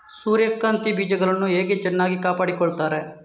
ಸೂರ್ಯಕಾಂತಿ ಬೀಜಗಳನ್ನು ಹೇಗೆ ಚೆನ್ನಾಗಿ ಕಾಪಾಡಿಕೊಳ್ತಾರೆ?